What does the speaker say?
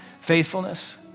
faithfulness